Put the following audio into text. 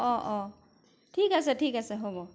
অঁ অঁ ঠিক আছে ঠিক আছে হ'ব